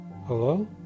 Hello